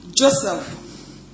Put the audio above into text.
Joseph